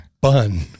bun